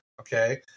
okay